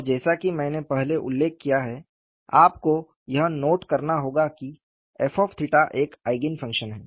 और जैसा कि मैंने पहले उल्लेख किया है आपको यह नोट करना होगा कि f एक आईगेन फंक्शन है